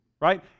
right